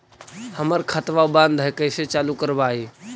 हमर खतवा बंद है कैसे चालु करवाई?